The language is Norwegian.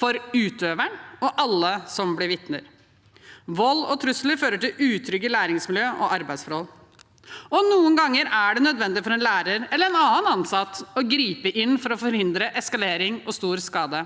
for utøveren og for alle som blir vitner. Vold og trusler fører til utrygge læringsmiljø og arbeidsforhold, og noen ganger er det nødvendig for en lærer eller en annen ansatt å gripe inn for å forhindre eskalering og stor skade.